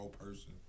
person